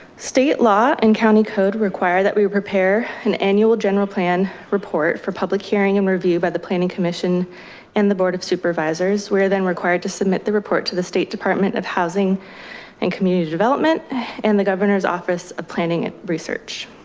state law and county code require that we we prepare an annual general plan report for public hearing and review by the plant commission and the board of supervisors. we are then required to submit the report to the state department of housing and community development and the governor's office of planning and research.